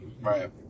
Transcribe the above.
Right